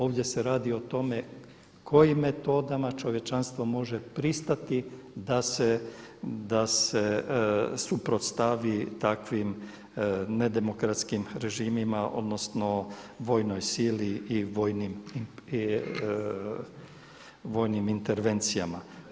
Ovdje se radi o tome kojim metodama čovječanstvo može pristati da se suprotstavi takvim nedemokratskim režimima, odnosno vojnoj sili i vojnim intervencijama.